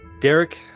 derek